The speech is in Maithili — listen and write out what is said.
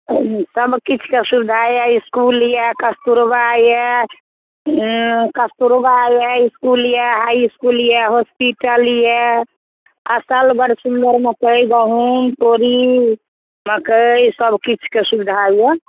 सबकिछुके सुविधा अइ इसकुल अइ कस्तुरबा अइ उँ कस्तुरबा अइ इसकुल अइ हाइ इसकुल अइ हॉस्पिटल अइ फसल बड़ सुन्दर मकइ गहूम तोरी मकइ सबकिछुके सुविधा अइ